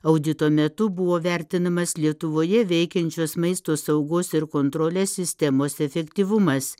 audito metu buvo vertinamas lietuvoje veikiančios maisto saugos ir kontrolės sistemos efektyvumas